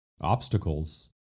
obstacles